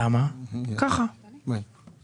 אם תוכלי לחזור שוב על השאלה.